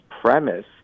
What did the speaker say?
premise